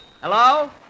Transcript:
Hello